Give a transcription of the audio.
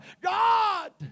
God